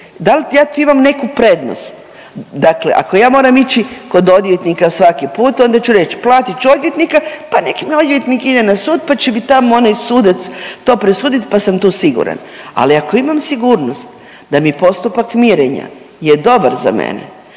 Da li ja tu imam neku prednost? Dakle, ako ja moram ići kod odvjetnika svaki put onda ću reći platit ću odvjetnika pa nek mi odvjetnik ide na sud pa će mi tamo onaj sudac to presuditi pa sam tu siguran, ali ako imam sigurnost da mi postupak mirenja je dobar za mene,